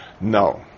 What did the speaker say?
No